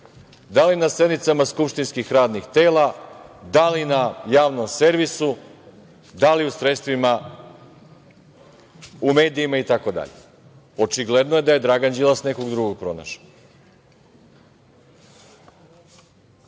da li na sednicama skupštinskih radnih tela, da li na javnom servisu, da li u sredstvima, medijima itd. Očigledno je da je Dragan Đilas nekog drugog pronašao. Fiskalni